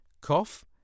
Cough